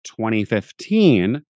2015